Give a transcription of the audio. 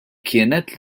kienet